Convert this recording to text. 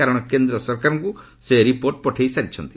କାରଣ କେନ୍ଦ୍ର ସରକାରଙ୍କୁ ସେ ରିପୋର୍ଟ ପଠାଇ ସାରିଛନ୍ତି